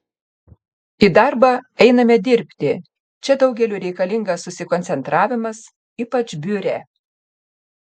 į darbą einame dirbti čia daugeliui reikalingas susikoncentravimas ypač biure